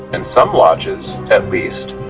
in some lodges, at least,